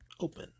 open